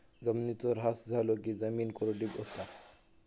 जिमिनीचो ऱ्हास झालो की जिमीन कोरडी होता